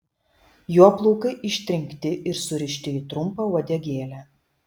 jo plaukai ištrinkti ir surišti į trumpą uodegėlę